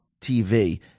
TV